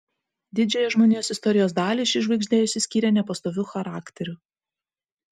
didžiąją žmonijos istorijos dalį ši žvaigždė išsiskyrė nepastoviu charakteriu